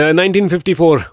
1954